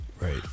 Right